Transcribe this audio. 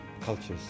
cultures